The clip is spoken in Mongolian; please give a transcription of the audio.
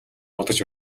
бодож